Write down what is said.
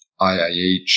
IIH